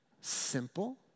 Simple